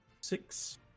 six